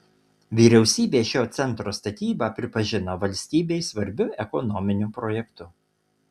vyriausybė šio centro statybą pripažino valstybei svarbiu ekonominiu projektu